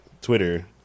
Twitter